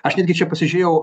aš netgi čia pasižiūrėjau